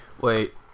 wait